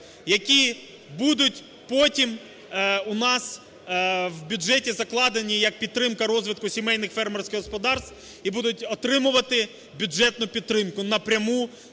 які будуть потім у нас в бюджеті закладені як підтримка розвитку сімейних фермерських господарств і будуть отримувати бюджетну підтримку напряму